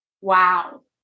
wow